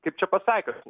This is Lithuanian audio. kaip čia pasakius